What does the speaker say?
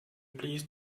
please